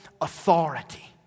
authority